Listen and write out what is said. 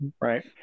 Right